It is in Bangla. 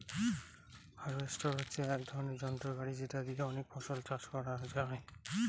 হার্ভেস্টর হচ্ছে এক বড়ো যন্ত্র গাড়ি যেটা দিয়ে অনেক ফসল চাষ করা যায়